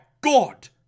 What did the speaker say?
God